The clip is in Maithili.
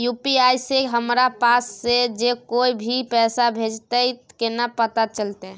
यु.पी.आई से हमरा पास जे कोय भी पैसा भेजतय केना पता चलते?